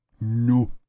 No